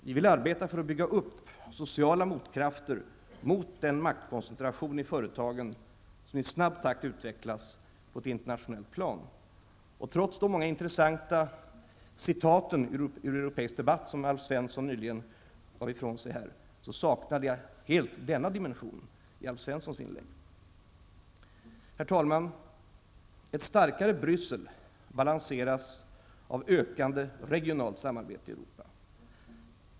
Vi vill arbeta för att bygga upp sociala motkrafter mot den maktkoncentration i företagen som i snabb takt utvecklas på ett internationellt plan. Trots de många intressanta citaten ur europeisk debatt som Alf Svensson nyss återgav här, saknade jag helt denna dimension i hans inlägg. Herr talman! Ett starkare Bryssel balanseras av ökande regionalt samarbete i Europa.